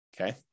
okay